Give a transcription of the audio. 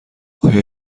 آیا